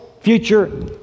future